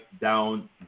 down